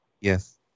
Yes